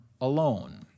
alone